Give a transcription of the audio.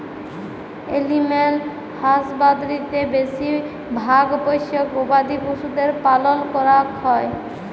animal হাসবাদরীতে বেশি ভাগ পষ্য গবাদি পশুদের পালল ক্যরাক হ্যয়